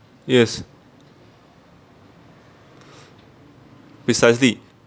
yes precisely